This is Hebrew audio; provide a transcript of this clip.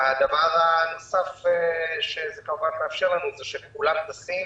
דבר נוסף שזה מאפשר לנו הוא שכולם טסים.